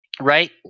right